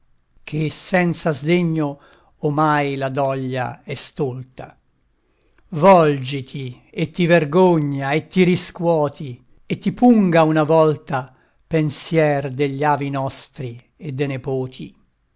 che senza sdegno omai la doglia è stolta volgiti e ti vergogna e ti riscuoti e ti punga una volta pensier degli avi nostri e de